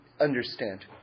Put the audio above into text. understand